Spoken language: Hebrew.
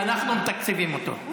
אנחנו מתקצבים אותו.